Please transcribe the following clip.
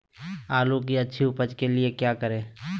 आलू की अच्छी उपज के लिए क्या करें?